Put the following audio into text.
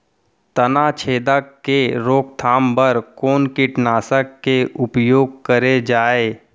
तनाछेदक के रोकथाम बर कोन कीटनाशक के उपयोग करे जाये?